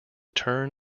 turn